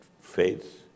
faith